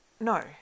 No